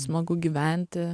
smagu gyventi